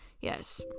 yes